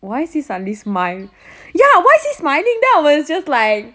why is he suddenly smi~ ya why is his smiling then I was just like